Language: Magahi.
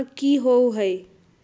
बीमा की होअ हई?